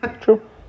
True